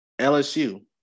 LSU